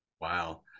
wow